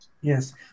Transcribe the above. Yes